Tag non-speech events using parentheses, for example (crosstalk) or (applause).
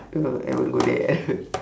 (noise) haven't go there (laughs)